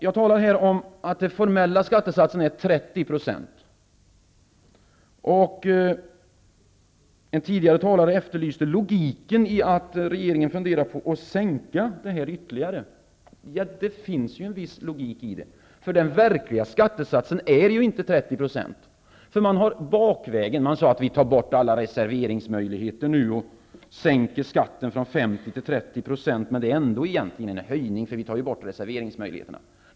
Jag talar här om att den formella skattesatsen är 30 %. En tidigare talare efterlyste logiken i att regeringen funderar på att sänka skattesatsen ytterligare. Ja, det finns en logik. Den verkliga skattesatsen är inte 30 %. Nu sägs det att alla reserveringsmöjligheter skall tas bort och skatten sänkas från 50 till 30 %. Men egentligen är det en höjning, eftersom reserveringsmöjligheterna tas bort.